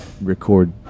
record